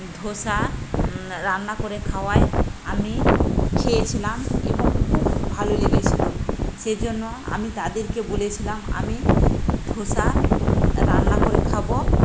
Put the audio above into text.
ধোসা রান্না করে খাওয়ায় আমি খেয়েছিলাম এবং খুব ভালো লেগেছিল সেজন্য আমি তাদেরকে বলেছিলাম আমি ধোসা রান্না করে খাবো